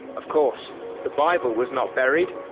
of course the bible was not buried,